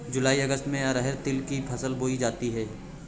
जूलाई अगस्त में अरहर तिल की फसल बोई जाती हैं